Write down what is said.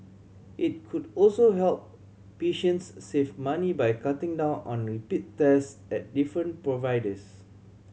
it could also help patients save money by cutting down on repeat tests at different providers